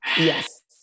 Yes